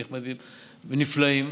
נכבדים ונפלאים,